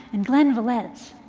and glen velez.